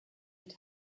had